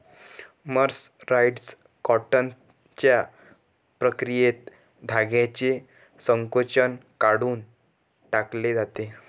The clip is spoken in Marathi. मर्सराइज्ड कॉटनच्या प्रक्रियेत धाग्याचे संकोचन काढून टाकले जाते